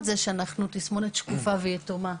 זה שאנחנו עדיין תסמונת שקופה ויתומה.